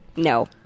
No